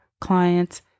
clients